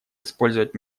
использовать